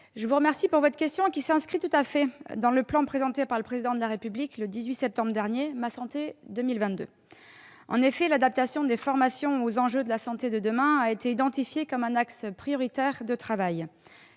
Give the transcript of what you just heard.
je vous remercie de votre question, qui s'inscrit tout à fait dans le cadre du plan Ma santé 2022 présenté par le Président de la République le 18 septembre dernier. En effet, l'adaptation des formations aux enjeux de la santé de demain a été identifiée comme un axe prioritaire de travail.